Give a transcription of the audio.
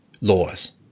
laws